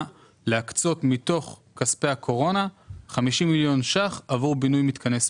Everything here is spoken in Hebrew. להקצות מתוך כספי הקורונה 50 מיליון ₪ עבור בינוי מתקני ספורט.